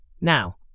Now